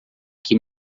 que